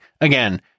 Again